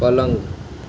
પલંગ